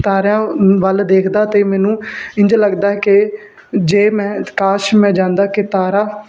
ਤਾਰਿਆਂ ਵੱਲ ਦੇਖਦਾ ਅਤੇ ਮੈਨੂੰ ਇੰਝ ਲੱਗਦਾ ਕਿ ਜੇ ਮੈਂ ਕਾਸ਼ ਮੈਂ ਜਾਂਦਾ ਕਿ ਤਾਰਾ